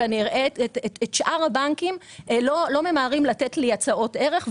ואני אראה את שאר הבנקים לא ממהרים לתת לי הצעות ערך.